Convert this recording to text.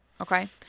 Okay